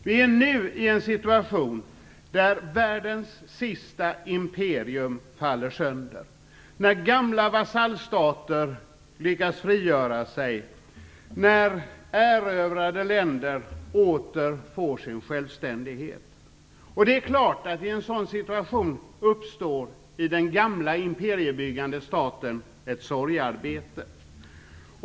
Vi är nu i en situation där världens sista imperium faller sönder, gamla vasallstater lyckas frigöra sig och erövrade länder åter får sin självständighet. Det är klart att det i en sådan situation uppstår ett sorgearbete i den gamla imperiebyggande staten.